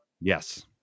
Yes